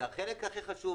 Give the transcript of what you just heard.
והחלק הכי חשוב,